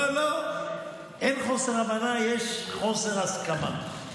לא, לא, אין חוסר הבנה, יש חוסר הסכמה.